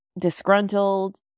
disgruntled